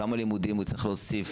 כמה לימודים הוא יצטרך להוסיף.